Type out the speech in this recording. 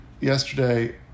yesterday